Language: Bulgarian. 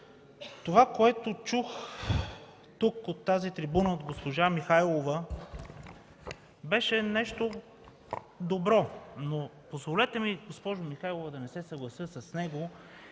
Това, което чух тук, от тази трибуна, от госпожа Михайлова, беше нещо добро, но позволете ми, госпожо Михайлова, да не се съглася с него.